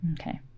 Okay